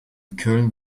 köln